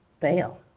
fail